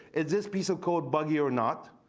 it's this piece of code buggy or not?